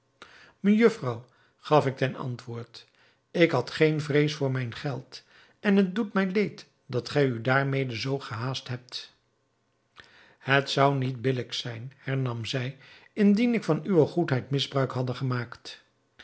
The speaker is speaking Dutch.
mejufvrouw gaf ik ten antwoord ik had geen vrees voor mijn geld en het doet mij leed dat gij u daarmede zoo gehaast hebt het zou niet billijk zijn hernam zij indien ik van uwe goedheid misbruik hadde gemaakt